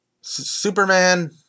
Superman